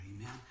amen